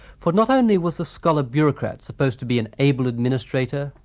for not only was the scholar-bureaucrat supposed to be an able administrator,